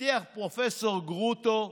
הבטיח פרופ' גרוטו: